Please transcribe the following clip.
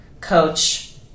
coach